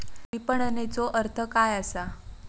विपणनचो अर्थ काय असा?